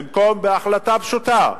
במקום בהחלטה פשוטה,